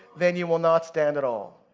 then you will not stand at all.